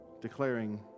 Declaring